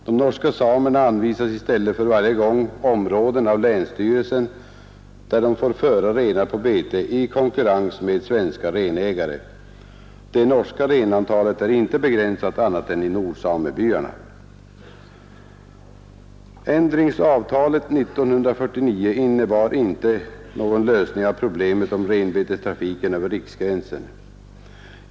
De norska samerna anvisas i stället för varje gång områden av länsstyrelsen där de får föra renar på bete i konkurrens med svenska renägare. Det norska renantalet är inte begränsat annat än i nordsamebyarna. Ändringsavtalet 1949 innebar inte någon lösning av problemet om renbetestrafiken över riksgränsen.